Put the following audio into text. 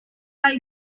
are